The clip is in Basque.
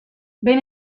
behin